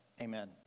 Amen